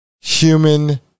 human